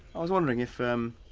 i was wondering if, er, um